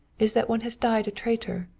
is that one has died a traitor.